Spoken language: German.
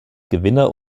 gewinner